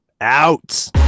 Out